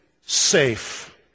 safe